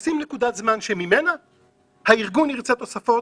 ולשים נקודת זמן שממנה אם הארגון ירצה תוספות,